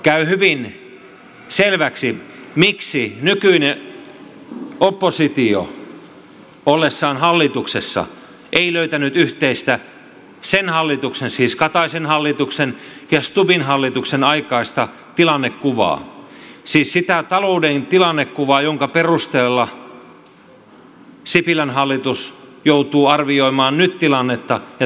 käy hyvin selväksi miksi nykyinen oppositio ollessaan hallituksessa ei löytänyt yhteistä sen hallituksen siis kataisen hallituksen ja stubbin hallituksen aikaista tilannekuvaa siis sitä talouden tilannekuvaa jonka perusteella sipilän hallitus joutuu arvioimaan nyt tilannetta ja tekemään ratkaisuja